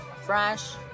fresh